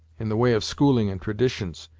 in the way of schooling and traditions,